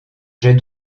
jet